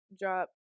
drop